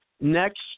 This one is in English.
next